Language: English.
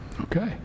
Okay